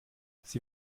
sie